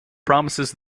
promises